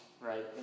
right